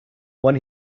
when